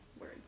Word